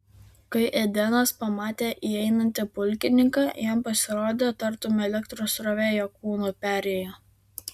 kai edenas pamatė įeinantį pulkininką jam pasirodė tartum elektros srovė jo kūnu perėjo